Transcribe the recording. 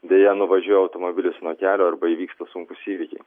deja nuvažiuoja automobilis nuo kelio arba įvyksta sunkūs įvykiai